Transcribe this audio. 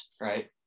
right